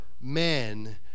men